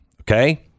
okay